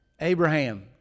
Abraham